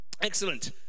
Excellent